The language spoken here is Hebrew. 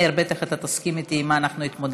מאיר, בטח את תסכים איתי, עם מה אנחנו התמודדנו.